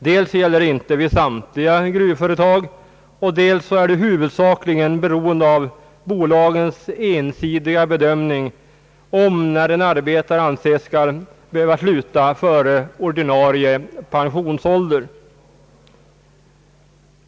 Dels gäller det inte vid samtliga gruvföretag och dels är det huvudsakligen beroende av bolagens ensidiga bedömning när en arbetare skall anses behöva sluta före ordinarie pensionsålder.